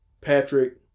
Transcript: Patrick